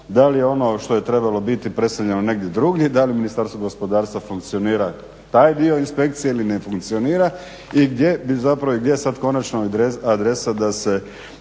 Da li je ono što je trebalo biti preseljeno negdje drugdje, da li ministarstvo gospodarstva funkcionira taj dio inspekcije ili ne funkcionira i gdje je sad konačno adresa da se